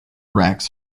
rex